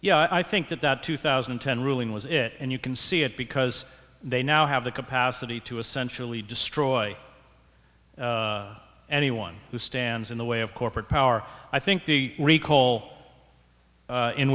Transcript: yeah i think that that two thousand and ten ruling was it and you can see it because they now have the capacity to essentially destroy anyone who stands in the way of corporate power i think the recall